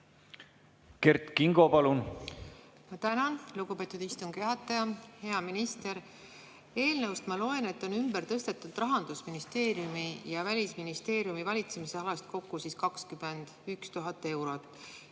Kert Kingo, palun! Tänan, lugupeetud istungi juhataja! Hea minister! Eelnõust ma loen, et on ümber tõstetud Rahandusministeeriumi ja Välisministeeriumi valitsemisalast kokku 21 000 eurot